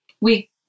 Oui